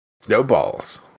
snowballs